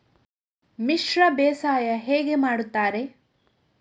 ಮಿಶ್ರ ಬೇಸಾಯ ಹೇಗೆ ಮಾಡುತ್ತಾರೆ?